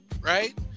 right